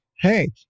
Hey